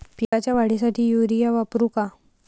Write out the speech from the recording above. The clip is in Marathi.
पिकाच्या वाढीसाठी युरिया वापरू का?